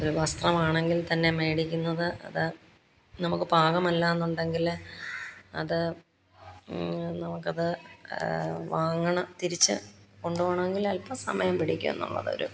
ഒരു വസ്ത്രമാണെങ്കിൽ തന്നെ മേടിക്കുന്നത് അത് നമുക്ക് പാകമല്ലാന്നുണ്ടെങ്കില് അത് നമുക്കത് വാങ്ങണ തിരിച്ചു കൊണ്ടുപോകണമെങ്കില് അൽപസമയം പിടിക്കുമെന്നുള്ളത് ഒരു